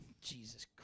Jesus